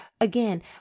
again